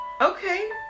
okay